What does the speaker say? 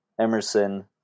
Emerson